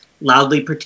loudly